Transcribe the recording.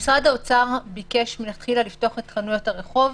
משרד האוצר ביקש מלכתחילה לפתוח את חנויות הרחוב